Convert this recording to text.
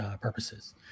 purposes